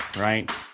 right